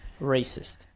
racist